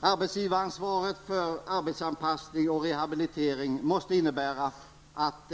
Arbetsgivaransvaret för arbetsanpassning och rehabilitering måste innebära att